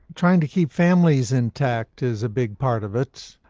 trying to keep families intact is a big part of it.